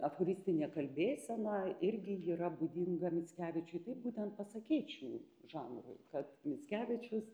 aforistinė kalbėsena irgi yra būdinga mickevičiui tai būtent pasakėčių žanrui kad mickevičius